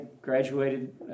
graduated